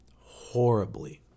horribly